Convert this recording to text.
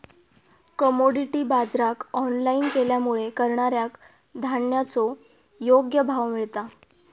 commodity बाजराक online केल्यामुळे करणाऱ्याक धान्याचो योग्य भाव मिळता